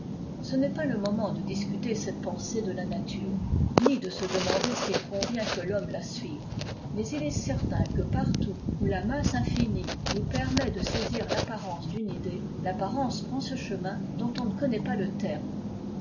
ce n'est pas le moment de discuter cette pensée de la nature ni de se demander s'il convient que phomme la suive mais il est certain que partout où la masse infinie nous permet de saisir tapparence d'une idée l'apparence prend ce chemin dont on ne connaît pas le terme